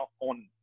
on